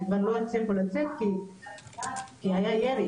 ולא הצליחו לצאת כי היה ירי.